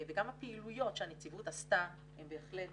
וגם הפעילויות שהנציבות עשתה הן בהחלט